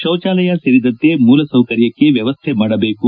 ಶೌಚಾಲಯ ಸೇರಿದಂತೆ ಮೂಲಸೌಕರ್ಯಕ್ಕೆ ವ್ವವಸ್ಥೆ ಮಾಡಬೇಕು